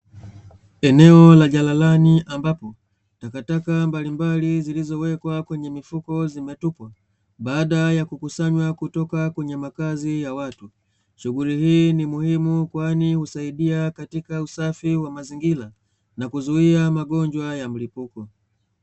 Eneo la jalalani ambapo takataka mbalimbali zilizowekwa kwenye mifuko zimetupwa baada ya kukusanywa kutoka kwenye makazi ya watu. Shughuli hii ni muhimu kwani husaidia katika usafi wa mazingira na kuzuia magonjwa ya mlipuko